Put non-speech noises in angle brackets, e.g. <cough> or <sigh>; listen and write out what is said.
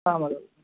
<unintelligible>